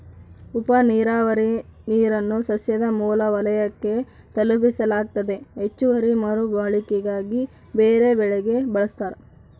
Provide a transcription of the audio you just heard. ಉಪನೀರಾವರಿ ನೀರನ್ನು ಸಸ್ಯದ ಮೂಲ ವಲಯಕ್ಕೆ ತಲುಪಿಸಲಾಗ್ತತೆ ಹೆಚ್ಚುವರಿ ಮರುಬಳಕೆಗಾಗಿ ಬೇರೆಬೆಳೆಗೆ ಬಳಸ್ತಾರ